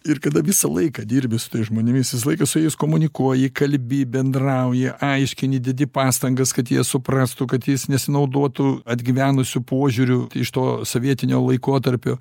ir kada visą laiką dirbi su tais žmonėmis visą laiką su jais komunikuoji kalbi bendrauji aiškini dedi pastangas kad jie suprastų kad jais nesinaudotų atgyvenusiu požiūriu iš to sovietinio laikotarpio